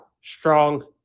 strong